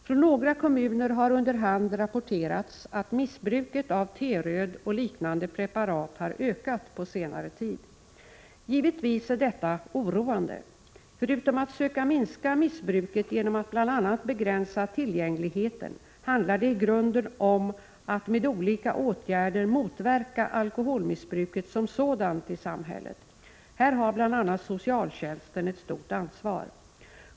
Från några kommuner har under hand rapporterats att missbruket av ”T-röd” och liknande preparat har ökat på senare tid. Givetvis är detta oroande. Förutom att söka minska missbruket genom att bl.a. begränsa tillgängligheten handlar det i grunden om att med olika åtgärder motverka alkoholmissbruket som sådant i samhället. Här har bl.a. socialtjänsten ett stort ansvar.